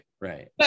right